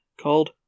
Called